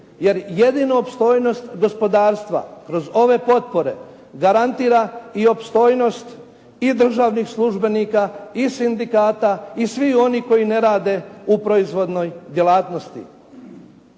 Jer jedino opstojnost gospodarstva kroz ove potpore garantira i opstojnost i državnih službenika i sindikata i svih onih koji ne rade u proizvodnoj djelatnosti.